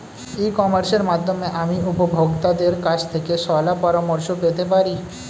ই কমার্সের মাধ্যমে আমি উপভোগতাদের কাছ থেকে শলাপরামর্শ পেতে পারি?